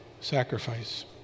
Sacrifice